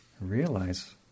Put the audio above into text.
realize